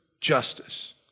justice